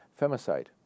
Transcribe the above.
femicide